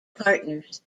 partners